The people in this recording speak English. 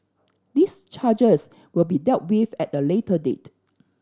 these charges will be dealt with at a later date